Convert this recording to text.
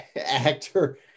actor